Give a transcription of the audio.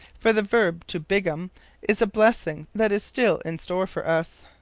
for the verb to bigam is a blessing that is still in store for us.